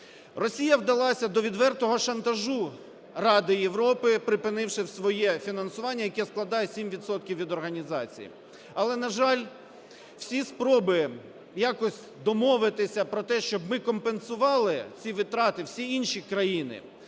Росія вдалася до відвертого шантажу Ради Європи, припинивши своє фінансування, яке складає 7 відсотків від організації. Але, на жаль, всі спроби якось домовитися про те, щоб ми компенсували ці витрати… всі інші країни